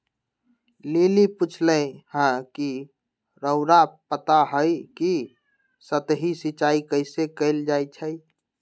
lily पुछलई ह कि रउरा पता हई कि सतही सिंचाई कइसे कैल जाई छई